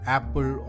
Apple